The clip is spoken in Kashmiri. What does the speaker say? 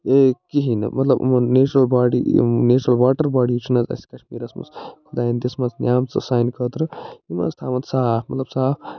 یہِ کِہیٖنۍ نہٕ مطلب یِمو نیٚچرل باڈی یِم نیٚچرل واٹر باڈی چھِنَہ اَسہِ کشمیٖرس منٛز خۄداین دِژمژٕ نٮ۪عمژٕ سانہِ خٲطرٕ یِم حظ تھاون صاف مطلب صاف